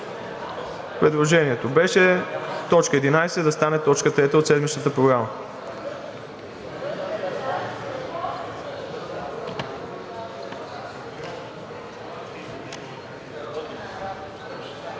Предложението беше т. 11 да стане т. 3 от седмичната Програма.